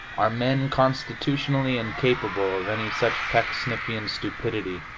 are men constitutionally incapable of any such pecksniffian stupidity.